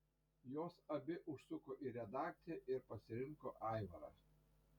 jos abi užsuko į redakciją ir pasirinko aivarą